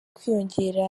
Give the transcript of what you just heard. kwiyongera